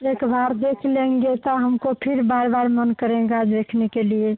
यह त्योहार देख लेंगे तो हमको फिर बार बार मन करेंगा देखने के लिए